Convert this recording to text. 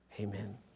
Amen